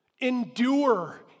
Endure